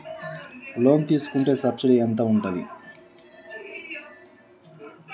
Loan తీసుకుంటే subsidy ఎంత ఉంటది?